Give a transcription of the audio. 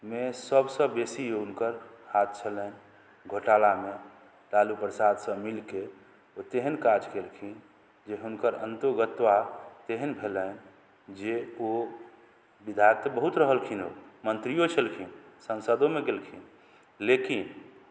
मे सबसँ बेसी हुनकर हाथ छलनि घोटालामे लालू प्रसादसँ मिलके ओ तेहन काज केलखिन जे हुनकर अन्तोगत्वा तेहन भेलनि जे ओ विधायक बहुत रहलखिन ओ मन्त्रियो छलखिन संसदोमे गेलखिन लेकिन